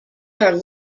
are